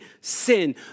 sin